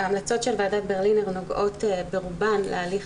ההמלצות של ועדת ברלינר נוגעות ברובן להליך